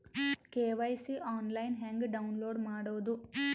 KYC online ಹೆಂಗ್ download ಮಾಡೋದು?